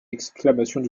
exclamations